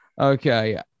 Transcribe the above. Okay